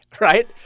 Right